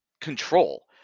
control